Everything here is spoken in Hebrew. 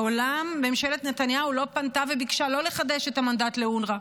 מעולם ממשלת נתניהו לא פנתה וביקשה לא לחדש את המנדט לאונר"א.